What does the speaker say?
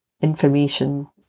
information